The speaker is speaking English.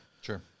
Sure